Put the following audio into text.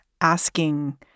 asking